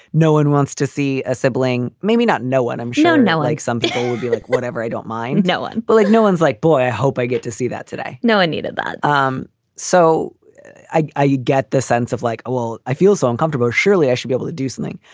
no one wants to see a sibling. maybe not no one. i'm sure nela example will be like whatever. i don't mind. no one will like. no one's like, boy, i hope i get to see that today. no, i needed that. um so i i you get the sense of like, well, i feel so uncomfortable. surely i should be able to do something.